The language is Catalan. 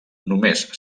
només